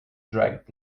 dragged